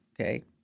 okay